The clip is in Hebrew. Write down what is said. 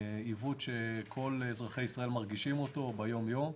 שכל אזרחי ישראל מרגישים ביום-יום,